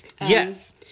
Yes